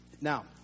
Now